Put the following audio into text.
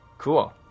Cool